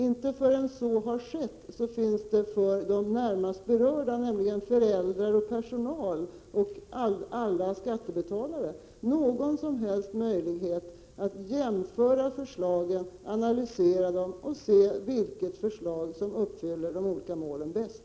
Inte förrän så har skett finns det för de närmast berörda, nämligen föräldrar och personal och alla skattebetalare, någon som helst möjlighet att jämföra förslagen, analysera dem och se vilket förslag som uppfyller de olika målen bäst.